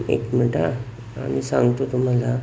एक मिंठ हां आम्ही सांगतो तुम्हाला